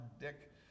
Dick